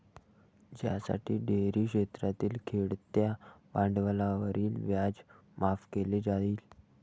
ज्यासाठी डेअरी क्षेत्रातील खेळत्या भांडवलावरील व्याज माफ केले जाईल